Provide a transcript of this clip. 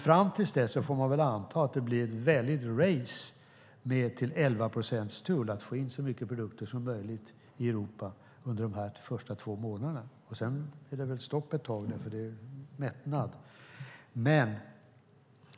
Fram till dess får vi anta att det blir ett väldigt race att under de första två månaderna få in så mycket produkter som möjligt i Europa till 11 procents tull. Därefter är det väl stopp ett tag på grund av mättnad.